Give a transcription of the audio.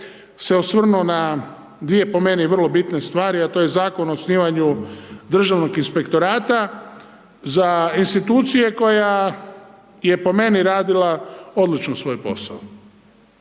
se osvrnuo na 2 po meni vrlo bitne stvari, a to je Zakon o osnivanju državnog inspektorata za institucije koja je po meni radila odlično svoj posao.